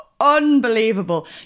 unbelievable